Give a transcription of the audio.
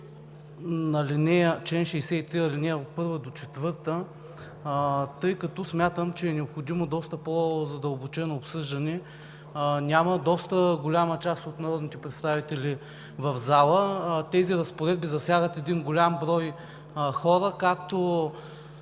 на чл. 63, ал. 1 – 4, тъй като смятам, че е необходимо доста по-задълбочено обсъждане. Няма доста голяма част от народните представители в залата, а тези разпоредби засягат голям брой хора както